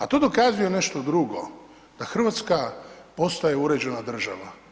A to dokazuje nešto drugo, da Hrvatska postaje uređena država.